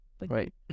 right